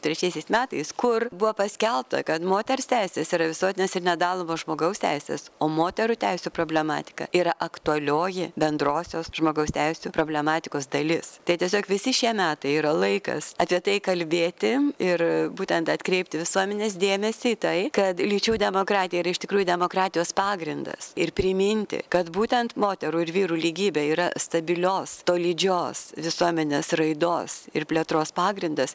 trečiaisiais metais kur buvo paskelbta kad moters teisės yra visuotinės ir nedalomos žmogaus teisės o moterų teisių problematika yra aktualioji bendrosios žmogaus teisių problematikos dalis tai tiesiog visi šie metai yra laikas apie tai kalbėti ir būtent atkreipti visuomenės dėmesį į tai kad lyčių demokratija yra iš tikrųjų demokratijos pagrindas ir priminti kad būtent moterų ir vyrų lygybė yra stabilios tolydžios visuomenės raidos ir plėtros pagrindas